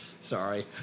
sorry